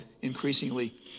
increasingly